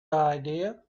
idea